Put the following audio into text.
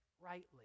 rightly